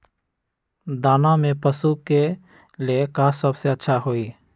दाना में पशु के ले का सबसे अच्छा होई?